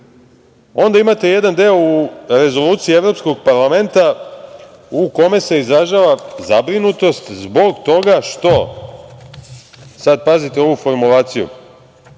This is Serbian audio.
imate jedan deo u Rezoluciji Evropskog parlamenta u kome se izražava zabrinutost zbog toga što… Sad, pazite ovu formulaciju,